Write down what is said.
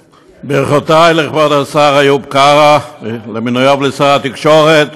ברכותי לכבוד השר איוב קרא על מינויו לשר התקשורת.